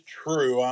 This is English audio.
true